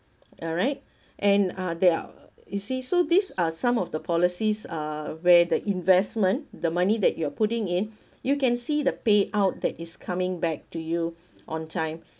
alright and uh there are you see so these are some of the policies uh where the investment the money that you are putting in you can see the payout that is coming back to you on time